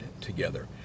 together